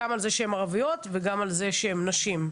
גם על זה שהן ערביות וגם על זה שהן נשים.